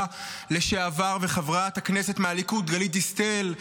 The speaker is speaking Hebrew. לשעבר וחברת הכנסת מהליכוד גלית דיסטל,